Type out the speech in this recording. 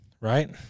right